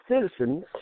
citizens